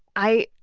i,